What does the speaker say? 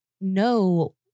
no